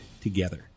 together